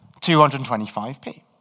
225p